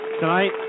tonight